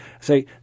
Say